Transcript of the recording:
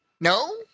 No